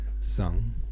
sung